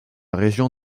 région